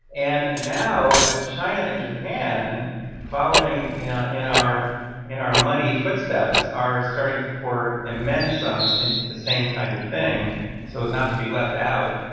and now ah china and japan following in our in our muddy footsteps are starting to pour immense sums into the same kind of thing so as not to be left out.